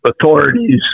authorities